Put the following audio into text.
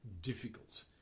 difficult